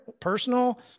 personal